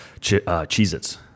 Cheez-Its